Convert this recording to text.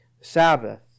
Sabbath